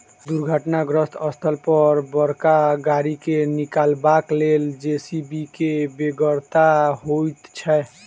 दुर्घटनाग्रस्त स्थल पर बड़का गाड़ी के निकालबाक लेल जे.सी.बी के बेगरता होइत छै